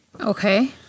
okay